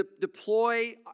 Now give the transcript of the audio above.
deploy